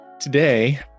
Today